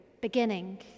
beginning